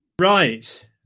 right